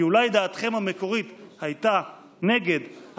כי אולי דעתכם המקורית הייתה נגד,